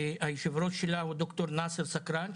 שיושב הראש שלה הוא ד"ר נאסר סקרן,